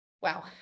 wow